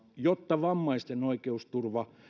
jotta vammaisten oikeusturva paranee ja